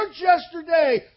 yesterday